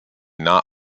not